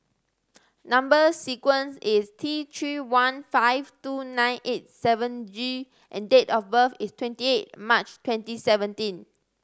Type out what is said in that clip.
number sequence is T Three one five two nine eight seven G and date of birth is twenty eight March twenty seventeen